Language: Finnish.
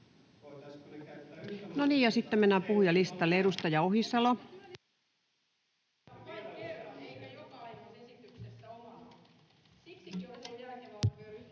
sitten mennään puhujalistalle. — Edustaja Ohisalo.